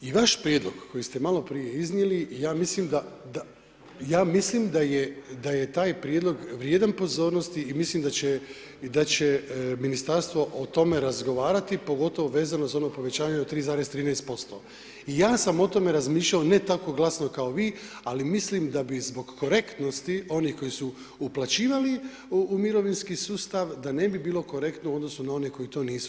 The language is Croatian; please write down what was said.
I vaš prijedlog koji ste maloprije iznijeli, ja mislim da je taj prijedlog vrijedan pozornosti i mislim da će ministarstvo o tome razgovarati, pogotovo vezano za ono povećanje od 3,13% i ja sam o tome razmišljao, ne tako glasno kao vi, ali mislim da bi zbog korektnosti onih koji su uplaćivali u mirovinski sustav, da ne bi bilo korektno u odnosu na one koji to nisu.